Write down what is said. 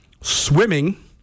swimming